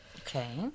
Okay